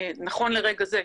נכון לרגע זה.